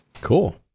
Cool